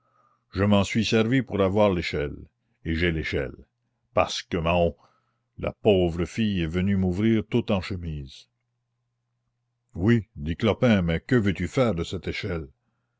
je m'en suis servi pour avoir l'échelle et j'ai l'échelle pasque mahom la pauvre fille est venue m'ouvrir toute en chemise oui dit clopin mais que veux-tu faire de cette échelle